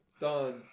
Done